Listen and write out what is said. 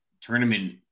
tournament